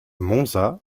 monza